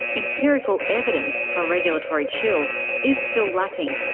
empirical evidence for regulatory chill is still lacking,